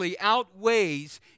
outweighs